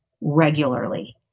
regularly